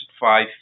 five